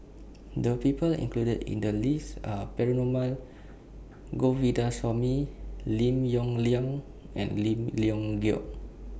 The People included in The list Are Perumal Govindaswamy Lim Yong Liang and Lim Leong Geok